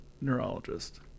neurologist